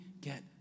get